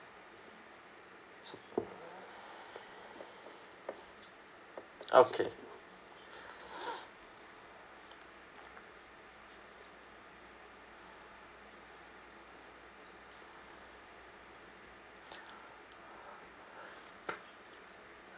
okay